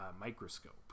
microscope